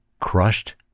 crushed